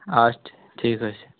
اچھ ٹھیٖک حظ چھُ